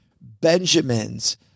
Benjamins